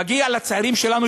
זה מגיע לצעירים שלנו,